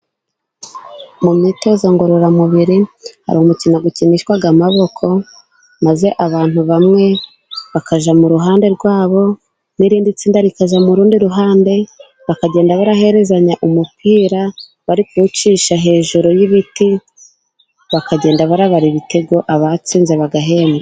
Mu myitozo ngororamubiri，hari umukino ukinishwa amaboko， maze abantu bamwe bakajya mu ruhande rwabo， n'irindi tsinda rikaza mu rundi ruhande， bakagenda baraherezanya umupira， bari kuwucisha hejuru y'ibiti，bakagenda barabara ibitego abatsinze bagahembwa.